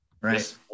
right